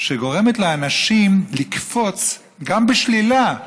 שגורמת לאנשים לקפוץ גם בשלילה.